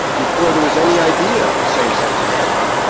before there was any idea of same-sex marriage,